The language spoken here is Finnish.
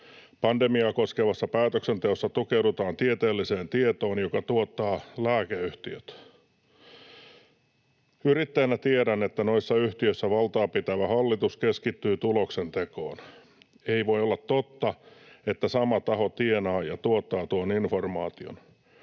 Pandemiaa koskevassa päätöksenteossa tukeudutaan tieteelliseen tietoon, jota tuottavat lääkeyhtiöt. Yrittäjänä tiedän, että noissa yhtiössä valtaa pitävä hallitus keskittyy tuloksentekoon. Ei voi olla totta, että sama taho tienaa ja tuottaa tuon informaation.